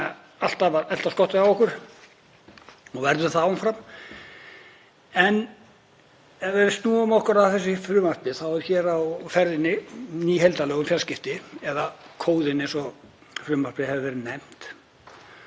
að elta skottið á okkur og verðum það áfram. En ef við snúum okkur að þessu frumvarpi þá eru hér á ferðinni ný heildarlög um fjarskipti, eða Kóðinn, eins og frumvarpið hefur verið nefnt.